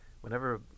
whenever